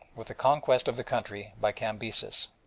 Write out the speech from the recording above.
with the conquest of the country by cambyses.